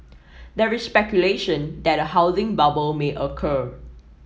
there is speculation that a housing bubble may occur